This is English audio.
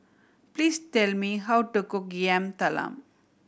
please tell me how to cook Yam Talam